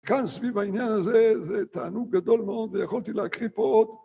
כאן סביב העניין הזה זה תענוג גדול מאוד ויכולתי להקריא פה עוד